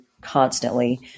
constantly